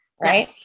right